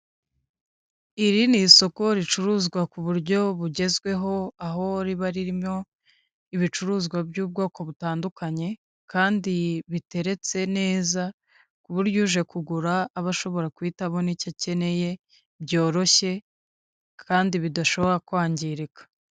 Iri ni isoko ricuruzwa ku buryo bugezweho aho riba ririmo ibicuruzwa by'ubwoko butandukanye, kandi biteretse neza ku buryo uje kugura aba ashobora guhita abona icyo akeneye byoroshye kandi bidashobora kwangirika.